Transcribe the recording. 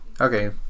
Okay